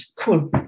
cool